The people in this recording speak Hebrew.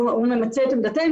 והוא ממצה את עמדתנו.